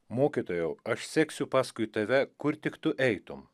mokytojau aš seksiu paskui tave kur tik tu eitum